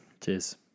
Cheers